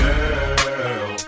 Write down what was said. Girl